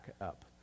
up